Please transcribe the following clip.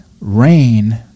rain